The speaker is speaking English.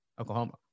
Oklahoma